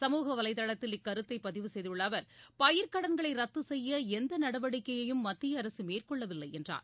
சமூக வலைதளத்தில் இக்கருத்தை பதிவு செய்துள்ள அவர் பயிர் கடன்களை ரத்து செய்ய எந்த நடவடிக்கையும் மத்திய அரசு மேற்கொள்ளவில்லை என்றார்